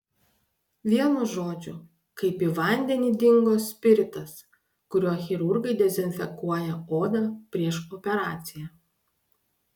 vienu žodžiu kaip į vandenį dingo spiritas kuriuo chirurgai dezinfekuoja odą prieš operaciją